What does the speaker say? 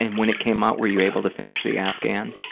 and when it came out, were you able to finish the afghan?